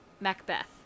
Macbeth